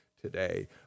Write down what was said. today